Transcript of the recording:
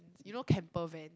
you know camper van